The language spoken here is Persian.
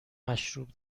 مشروب